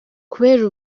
kubera